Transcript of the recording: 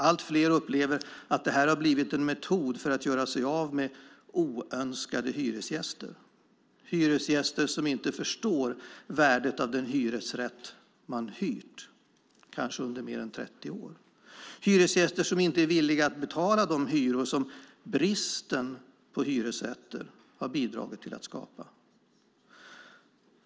Allt fler upplever att det här har blivit en metod för att göra sig av med oönskade hyresgäster - hyresgäster som inte förstår värdet av den hyresrätt de har hyrt kanske under mer än 30 år och hyresgäster som inte är villiga att betala de hyror som bristen på hyresrätter har bidragit till att skapa.